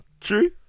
True